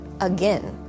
again